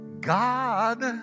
God